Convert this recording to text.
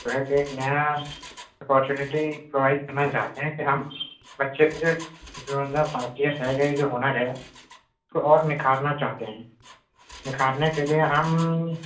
سوچ رہے تھے ایک نیا اپورچونٹی پرووائڈ کرنا چاہتے ہیں کہ ہم بچے کے جو اندر خاصیت ہے یہ جو ہنر ہے کو اور نکھارنا چاہتے ہیں نکھارنے کےلیے ہم